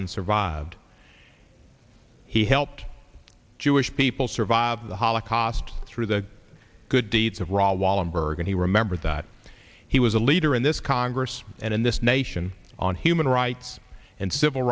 and survived he helped jewish people survive the holocaust through the good deeds of raul wallenberg and he remembered that he was a leader in this congress and in this nation on human rights and civil